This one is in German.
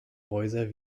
häuser